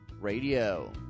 radio